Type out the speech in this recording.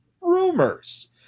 rumors